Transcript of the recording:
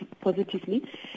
positively